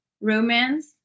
romance